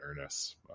earnest